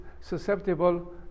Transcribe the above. susceptible